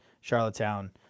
Charlottetown